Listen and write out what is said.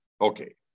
okay